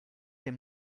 dem